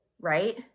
right